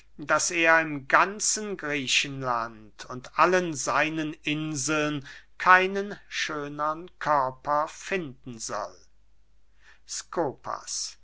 daß er im ganzen griechenland und allen seinen inseln keinen schönern körper finden soll skopas